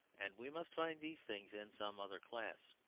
and we must find these things in some other class.